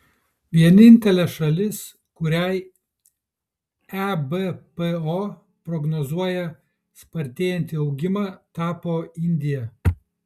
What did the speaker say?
vienintelė šalis kuriai ebpo prognozuoja spartėjantį augimą tapo indija